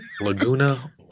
Laguna